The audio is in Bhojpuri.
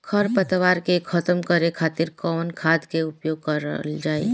खर पतवार के खतम करे खातिर कवन खाद के उपयोग करल जाई?